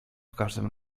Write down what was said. każdym